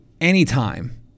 anytime